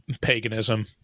paganism